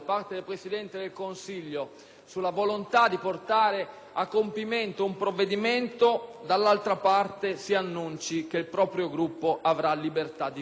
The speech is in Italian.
alla volontà di portare a compimento un provvedimento e, dall'altra, si annunci che il proprio Gruppo avrà libertà di voto secondo coscienza.